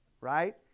Right